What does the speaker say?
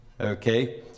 Okay